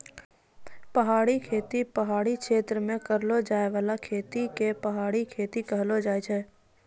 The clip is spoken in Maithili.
पहाड़ी खेती पहाड़ी क्षेत्र मे करलो जाय बाला खेती के पहाड़ी खेती कहलो जाय छै